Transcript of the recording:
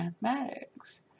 Mathematics